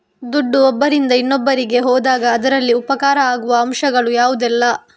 ದುಡ್ಡು ಒಬ್ಬರಿಂದ ಇನ್ನೊಬ್ಬರಿಗೆ ಹೋದಾಗ ಅದರಲ್ಲಿ ಉಪಕಾರ ಆಗುವ ಅಂಶಗಳು ಯಾವುದೆಲ್ಲ?